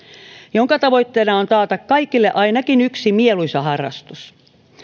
jonka tavoitteena on taata kaikille ainakin yksi mieluisa harrastus